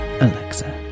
Alexa